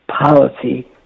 policy